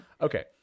Okay